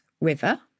River